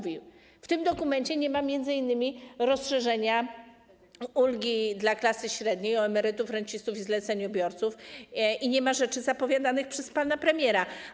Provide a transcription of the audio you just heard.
W tym dokumencie nie ma m.in. rozszerzenia ulgi dla klasy średniej o emerytów, rencistów i zleceniobiorców, nie ma rzeczy zapowiadanych przez pana premiera.